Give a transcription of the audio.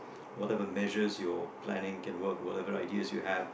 what are the measures your planning can work whatever ideas you have